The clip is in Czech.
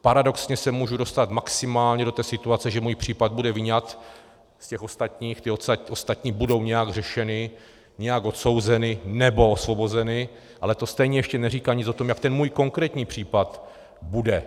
Paradoxně se můžu dostat maximálně do situace, že můj případ bude vyňat z těch ostatních, ty ostatní budou nějak řešeny, nějak odsouzeny nebo osvobozeny, ale to stejně ještě neříká nic o tom, jak ten můj konkrétní případ bude.